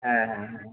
হ্যাঁ হ্যাঁ হ্যাঁ